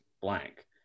blank